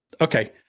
Okay